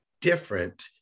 different